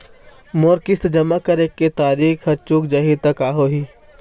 मोर किस्त जमा करे के तारीक हर चूक जाही ता का होही?